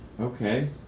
Okay